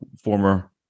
former